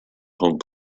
hong